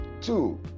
Two